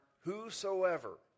whosoever